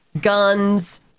guns